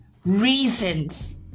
reasons